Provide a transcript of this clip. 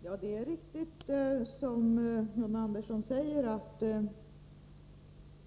Herr talman! Det är riktigt som John Andersson säger att